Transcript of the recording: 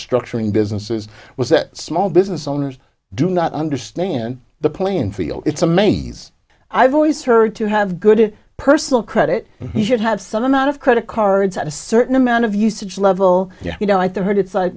structuring businesses was that small business owners do not understand the playing field it's a main i've always heard to have good personal credit should have some amount of credit cards at a certain amount of usage level yeah you know i third it's like